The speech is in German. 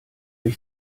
ich